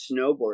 snowboarding